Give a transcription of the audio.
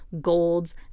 golds